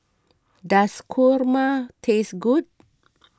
does Kurma taste good